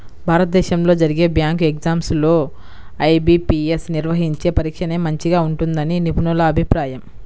భారతదేశంలో జరిగే bank exams లో ఐ.బీ.పీ.యస్ నిర్వహించే పరీక్షనే మంచిగా ఉంటుందని నిపుణుల అభిప్రాయం